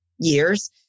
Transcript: years